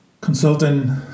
consulting